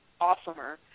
awesomer